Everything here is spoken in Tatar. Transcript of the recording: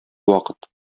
вакыт